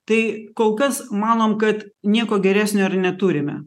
tai kol kas manom kad nieko geresnio ir neturime